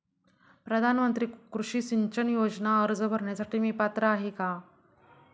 प्रधानमंत्री कृषी सिंचन योजना अर्ज भरण्यासाठी मी पात्र आहे का?